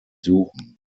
suchen